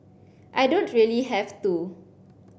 I don't really have to